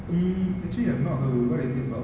mm actually I've not heard of it what is it about